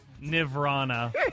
Nirvana